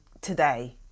today